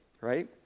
right